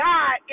God